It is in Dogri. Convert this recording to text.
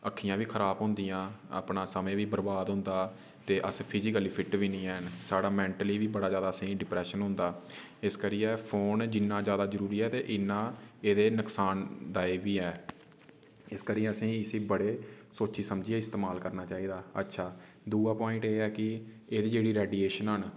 अक्खियां बी खराब होंदियां अपना समें बी बरबाद होंदा ते अस फिजिकली फिट बी निं हैन साढ़ा मेंटली बी बड़ा जादा असें गी डिप्रेशन होंदा ते इस करियै फोन जि'न्ना जादा जरूरी ऐ ते इ'न्ना एह्दे नुकसानदाय बी ऐ इक करियै असें इसी बड़े सोची समझियै इस्तेमाल करना चाहिदा अच्छा दूआ प्वाइंट एह् ऐ कि एह्दी जेह्ड़ी रेडिएशनां न